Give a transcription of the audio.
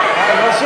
נגד?